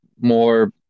more –